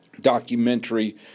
documentary